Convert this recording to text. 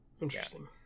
Interesting